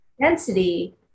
density